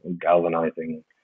galvanizing